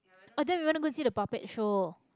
and then we want to go and see the puppet show